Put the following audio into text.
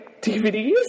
DVDs